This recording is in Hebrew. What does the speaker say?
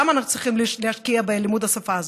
למה אנחנו צריכים להשקיע בלימוד השפה הזאת?